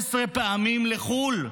13 פעמים לחו"ל.